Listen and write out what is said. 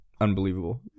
unbelievable